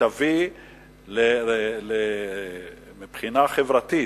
מבחינה חברתית,